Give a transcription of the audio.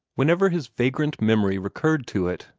whenever his vagrant memory recurred to it,